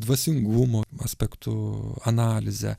dvasingumo aspektu analizę